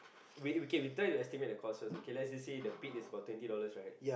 we we K we tell you to estimate the cost first okay let's you say the pit is about twenty dollars right